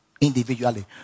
individually